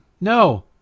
No